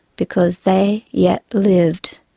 because they yet lived,